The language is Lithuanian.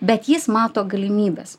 bet jis mato galimybes